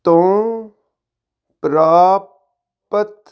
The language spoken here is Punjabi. ਤੋਂ ਪ੍ਰਾਪਤ